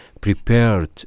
prepared